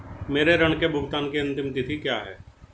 मेरे ऋण के भुगतान की अंतिम तिथि क्या है?